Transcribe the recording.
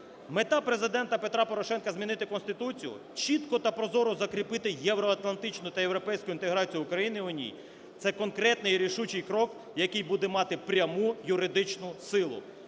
Мета Президента Петра Порошенка змінити Конституцію, чітко та прозоро закріпити євроатлантичну та європейську інтеграцію України у ній – це конкретний рішучий крок, який буде мати пряму юридичну силу.